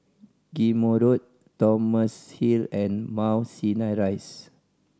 Ghim Moh Road Thomson Hill and Mount Sinai Rise